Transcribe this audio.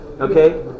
Okay